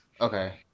Okay